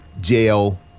jail